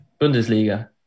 Bundesliga